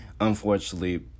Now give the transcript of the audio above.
unfortunately